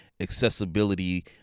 accessibility